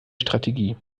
strategie